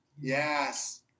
Yes